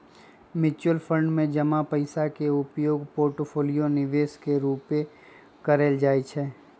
mutual fund में जमा पइसा के उपयोग पोर्टफोलियो निवेश के रूपे कएल जाइ छइ